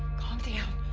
calm down.